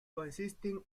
consisting